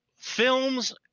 Films